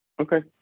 Okay